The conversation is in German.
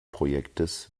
projektes